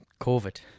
COVID